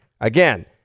Again